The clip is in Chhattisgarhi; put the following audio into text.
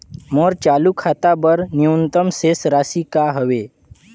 मोर चालू खाता बर न्यूनतम शेष राशि का हवे?